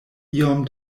iom